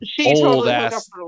old-ass